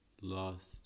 lost